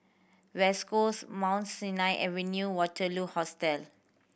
West Coast Mount Sinai Avenue Waterloo Hostel